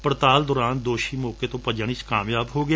ਪੜਤਾਲ ਦੌਰਾਨ ਦੋਸ਼ੀ ਮੌਕੇ ਤੋਂ ਭੱਜਣ ਵਿਚ ਕਾਮਯਾਬ ਹੋ ਗਿਆ